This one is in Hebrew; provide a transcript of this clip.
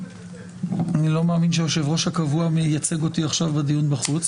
אני לא מאמין שהיושב-ראש הקבוע מייצג אותי עכשיו בחוץ,